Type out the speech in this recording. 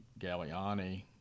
Galliani